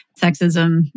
Sexism